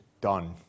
done